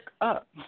up